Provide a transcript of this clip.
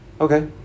okay